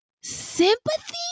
sympathy